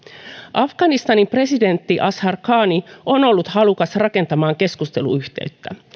afganistanin presidentti ashraf ghani on ollut halukas rakentamaan keskusteluyhteyttä